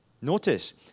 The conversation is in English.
notice